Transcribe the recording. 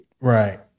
Right